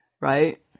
Right